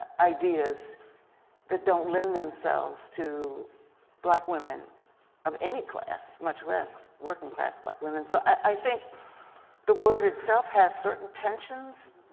ideas that don't lend themselves to black women of any class, much less working class black women. so i think the word itself has certain tensions,